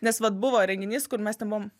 nes vat buvo renginys kur mes ten buvom